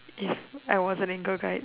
yes I wasn't in girl guide